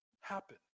happen